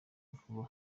vuba